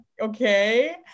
okay